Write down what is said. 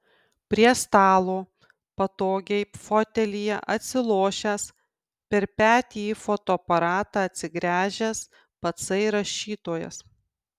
prie stalo patogiai fotelyje atsilošęs per petį į fotoaparatą atsigręžęs patsai rašytojas